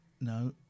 No